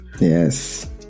yes